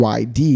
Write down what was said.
YD